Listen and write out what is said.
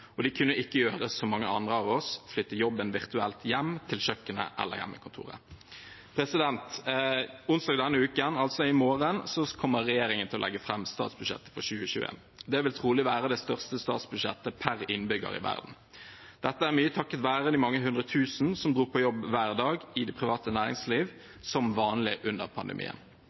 og de kunne ikke gjøre som mange av oss og flytte jobben virtuelt hjem til kjøkkenet eller hjemmekontoret. Onsdag denne uken, altså i morgen, kommer regjeringen til å legge fram statsbudsjettet for 2021. Det vil trolig være det største statsbudsjettet per innbygger i verden. Dette er mye takket være de mange hundre tusen i det private næringsliv som dro på jobb hver dag som vanlig under pandemien. Deres yrker blir ikke regnet som